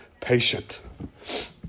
patient